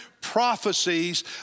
prophecies